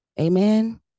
Amen